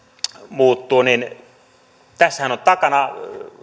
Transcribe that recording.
muuttuu on takana